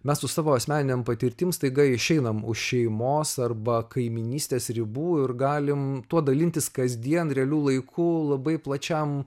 mes su savo asmeninėm patirtim staiga išeiname už šeimos arba kaimynystės ribų ir galime tuo dalintis kasdien realiu laiku labai plačiam